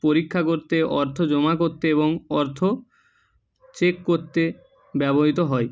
পরীক্ষা করতে অর্থ জমা করতে এবং অর্থ চেক করতে ব্যবহৃত হয়